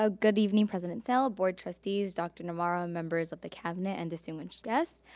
so good evening president snell, board trustees, dr. navarro and members of the cabinet and distinguished guests.